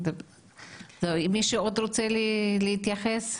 מישהו עוד רוצה להתייחס.